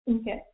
Okay